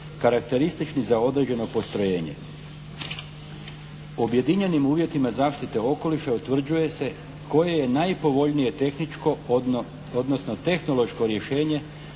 karakteristični za određeno postrojenje. Objedinjenim uvjetima zaštite okoliša utvrđuje se koje je najpovoljnije tehničko odnosno tehnološko rješenje